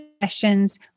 questions